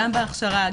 גם בהכשרה,